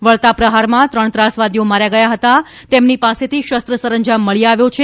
વળતા પ્રહારમાં ત્રણ ત્રાસવાદીઓ માર્યા ગયા હતા અને તેમની પાસેથી શસ્ત્ર સરંજામ મળી આવ્યો છે